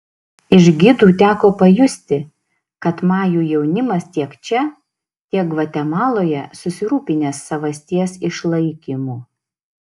iš gidų teko pajusti kad majų jaunimas tiek čia tiek gvatemaloje susirūpinęs savasties išlaikymu